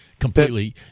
Completely